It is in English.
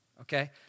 Okay